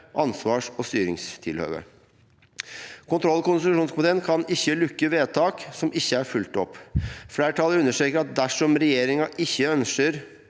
ansvars- og styringstilhøve.» «Kontroll- og konstitusjonskomiteen kan ikkje lukke vedtak som ikkje er følgde opp. Fleirtalet understrekar at dersom regjeringa ikkje ynskjer